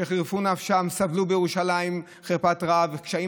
שחירפו נפשן וסבלו בירושלים חרפת רעב וקשיים